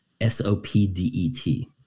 S-O-P-D-E-T